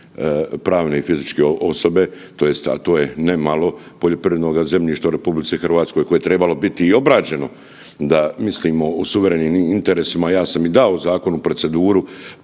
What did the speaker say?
pravne i fizičke osobe tj. a to je ne malo poljoprivrednoga zemljišta u RH koje je trebalo biti i obrađeno da mislimo o suverenim interesima. Ja sam i dao zakon u proceduru